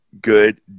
good